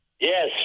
Yes